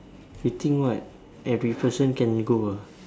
you think what every person can go ah